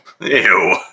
Ew